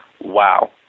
Wow